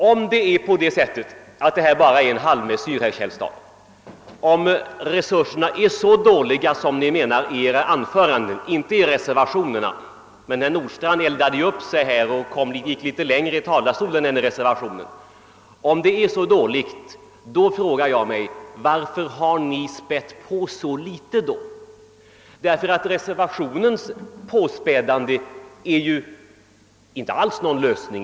Om det som här föreslås bara är en halvmesyr, herr Källstad, och om resurserna är så dåliga som ni säger — inte som det skrivits i reservationerna, men herr Nordstrandh gick längre i sitt anförande — frågar jag mig: Varför har ni då ökat på så litet? Påspädningen i reservationerna är ju inte alls i och för sig någon lösning.